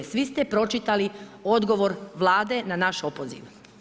Svi ste pročitali odgovor Vlade na naš opoziv.